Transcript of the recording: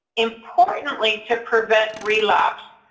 importantly to prevent relapse.